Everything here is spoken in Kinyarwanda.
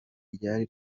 ryari